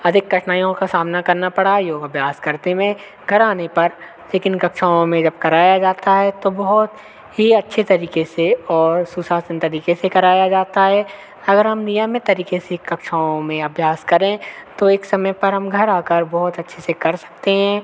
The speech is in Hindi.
अधिक कठिनाइयों का सामना करना पड़ा योग अभ्यास करते में घर आने पर लेकिन कक्षाओं में जब कराया जाता है तो बहुत ही अच्छे तरीके से और सुशासन तरीके से कराया जाता है अगर हम नियमित तरीके से कक्षाओं में अभ्यास करें तो एक समय पर हम घर आकर बहुत अच्छे से कर सकते हैं